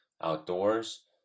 outdoors